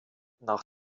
nach